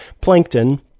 Plankton